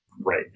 Right